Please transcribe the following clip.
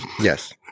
Yes